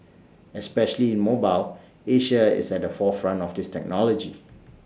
especially in mobile Asia is at the forefront of this technology